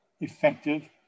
effective